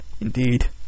Indeed